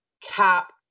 Cap